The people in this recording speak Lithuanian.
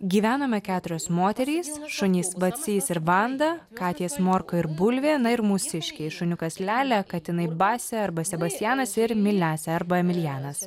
gyvenome keturios moterys šunys vacys ir vanda katės morką ir bulvė na ir mūsiškiai šuniukas lialia katinai basia arba sebastianas ir miliasia arba emilijanas